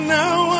now